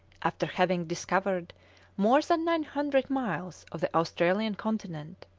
after having discovered more than nine hundred miles of the australian continent.